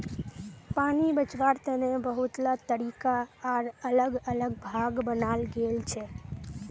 पानी बचवार तने बहुतला तरीका आर अलग अलग भाग बनाल गेल छे